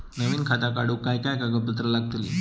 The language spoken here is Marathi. नवीन खाता काढूक काय काय कागदपत्रा लागतली?